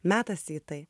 metasi į tai